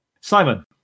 Simon